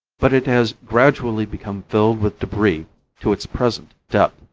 but it has gradually become filled with debris to its present depth.